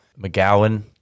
McGowan